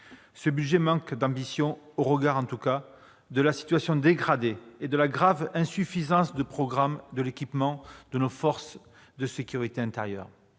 ce budget manque d'ambition au regard de la situation dégradée et de la grave insuffisance de l'équipement de nos forces de sécurité intérieure.